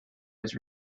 was